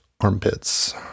armpits